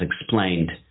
explained